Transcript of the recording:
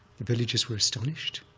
the villagers were astonished,